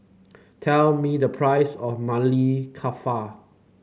tell me the price of Maili Kofta